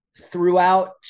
throughout